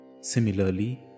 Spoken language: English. Similarly